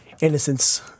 innocence